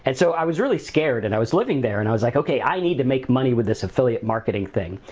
and so, i was really scared and i was living there and i was like, okay, i need to make money with this affiliate marketing thing.